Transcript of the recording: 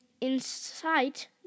insight